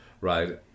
right